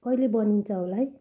कहिले बनिन्छ होला है